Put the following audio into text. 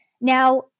now